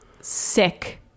sick